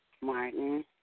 Martin